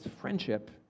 friendship